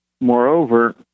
moreover